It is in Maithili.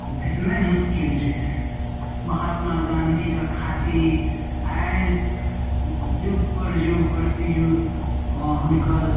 भेटनाइ मुस्किल छै महात्मा गाँधीके खादी आइ जुग पर जुग परति जुग ओ हुनकर